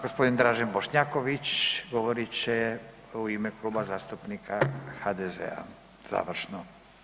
Gospodin Dražen Bošnjaković govorit će u ime Kluba zastupnika HDZ-a završno.